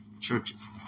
churches